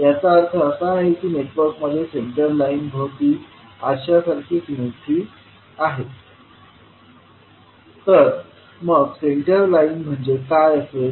याचा अर्थ असा आहे की नेटवर्कमध्ये सेंटर लाइन भोवती आरश्या सारखी सिमेट्री आहे तर मग सेंटर लाइन म्हणजे काय असेल